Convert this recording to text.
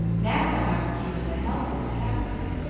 now, however, he was a helpless captive,